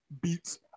Beats